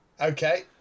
Okay